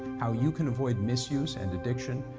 how you can avoid misuse and addiction,